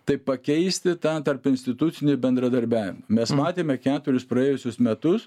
tai pakeisti tą tarpinstitucinį bendradarbiavimą mes matėme keturis praėjusius metus